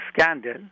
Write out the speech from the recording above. Scandal